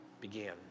began